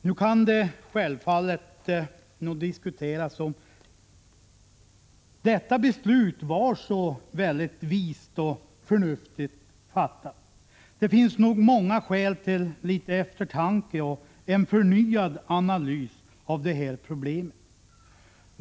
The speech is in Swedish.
Nu kan det självfallet diskuteras om beslutet var så förnuftigt. Det finns nog många skäl till eftertanke och förnyad analys av problemen.